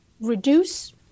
reduce